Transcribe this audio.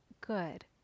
good